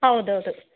ಹೌದು ಹೌದು